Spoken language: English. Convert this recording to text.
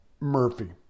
Murphy